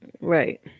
right